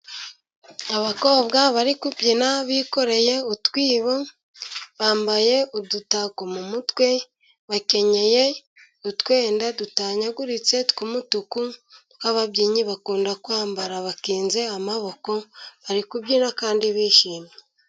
Abakobwa bari kubyina bikoreye utwibo bambaye udutako mu mutwe, bakenyeye utwenda dutanyaguritse tw'umutuku utwo ababyinnyi bakunda kwambara bakinze amaboko, bari kubyina kandi bishimye.